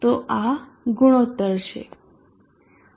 તો આ ગુણોત્તર છે